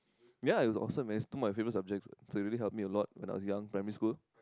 ya it also very two of my favorite subjects he really help me a lot when I was young primary school